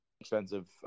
expensive